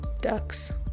ducks